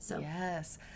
Yes